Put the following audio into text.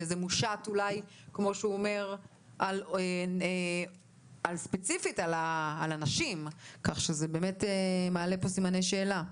וזה מושת אולי ספציפית על הנשים כך שזה באמת מעלה פה סימני שאלה.